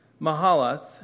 Mahalath